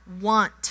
want